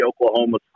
Oklahoma